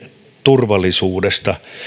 turvallisuudesta